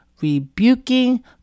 rebuking